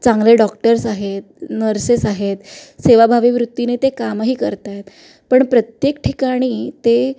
चांगले डॉक्टर्स आहेत नर्सेस आहेत सेवाभावी वृत्तीने ते कामही करत आहेत पण प्रत्येक ठिकाणी ते